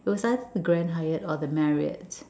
it was either the grand Hyatt or the Marriott